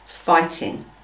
fighting